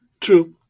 true